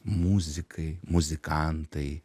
muzikai muzikantai